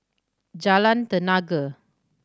Jalan Tenaga